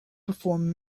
perform